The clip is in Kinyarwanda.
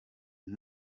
ryo